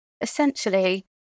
essentially